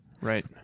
right